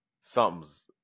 something's